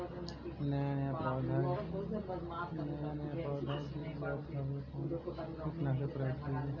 नया नया पौधा गिर जात हव कवने कीट नाशक क प्रयोग कइल जाव?